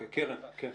קרן, בבקשה.